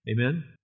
Amen